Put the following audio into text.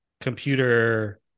computer